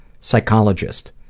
Psychologist